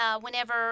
whenever